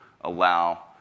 allow